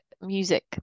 music